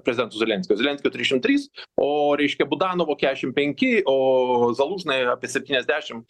prezidento zelenskio zelenskio trisdešimt trys o reiškia budanovo keturiasdešim penki o zalužno apie septyniasdešim